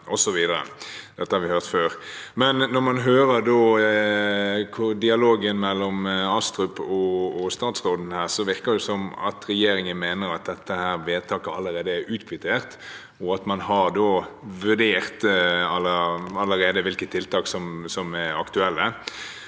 når man hører dialogen mellom Astrup og statsråden her, virker det som om regjeringen mener at dette vedtaket allerede er utkvittert, og at man allerede har vurdert hvilke tiltak som er aktuelle.